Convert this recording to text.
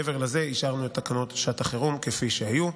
מעבר לזה, השארנו את תקנות שעת החירום כפי שהיו.